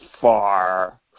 far